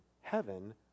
heaven